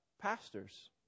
pastors